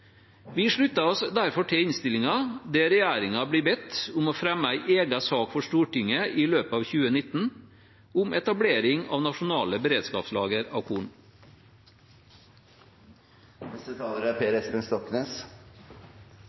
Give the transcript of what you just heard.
Vi slutter oss derfor til innstillingen, der regjeringen blir bedt om å fremme en egen sak for Stortinget i løpet av 2019 om etablering av nasjonale beredskapslagre av korn.